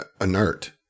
inert